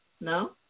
No